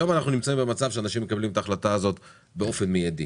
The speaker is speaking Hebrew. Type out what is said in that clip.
היום אנחנו נמצאים במצב שאנשים מקבלים את ההחלטה הזאת באופן מיידי.